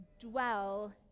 dwell